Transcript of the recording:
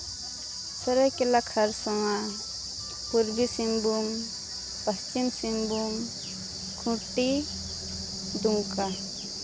Saraikela Kharsawan Purbi Singhbhum Paschim Singhbhum Khunti Dumka